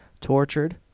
tortured